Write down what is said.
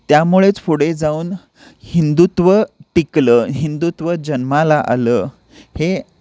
त्यामुळेच पुढे जाऊन हिंदुत्व टिकलं हिंदुत्व जन्माला आलं हे